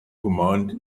command